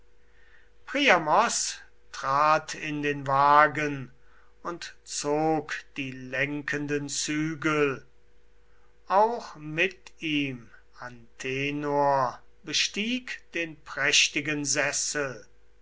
legt in den wagen die lämmer trat dann selber hinein und zog die lenkenden zügel auch mit ihm antenor bestieg den prächtigen sessel